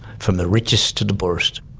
from the richest to the poorest.